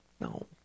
No